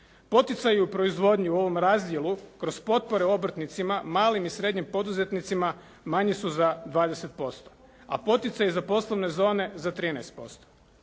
Poticaji u proizvodnji u ovom razdjelu kroz potpore obrtnicima, malim i srednjim poduzetnicima manje su za 20%, a poticaju za poslovne zone za 13%.